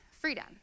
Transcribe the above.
freedom